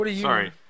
Sorry